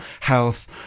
health